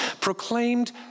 proclaimed